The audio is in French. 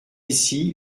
ici